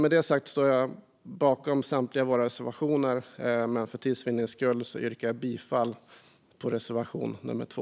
Med detta sagt står jag bakom samtliga våra reservationer, men för tids vinnande yrkar jag bifall endast till reservation nummer 2.